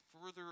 further